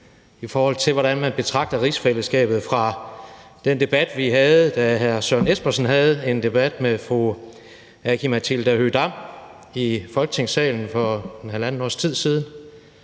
i forhold til hvordan man betragter rigsfællesskabet, fra den debat, vi havde, da hr. Søren Espersen havde en debat med fru Aki-Matilda Høegh-Dam i Folketingssalen for halvandet års tid siden,